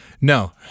No